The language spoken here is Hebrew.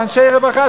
לאנשי רווחה,